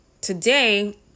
today